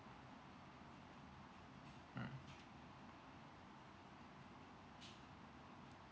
mm